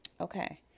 Okay